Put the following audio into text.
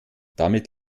damit